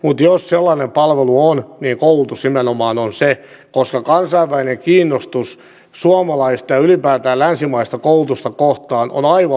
mutta jos sellainen palvelu on niin koulutus nimenomaan on se koska kansainvälinen kiinnostus suomalaista ja ylipäätään länsimaista koulutusta kohtaan on aivan valtava